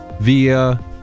via